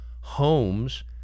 homes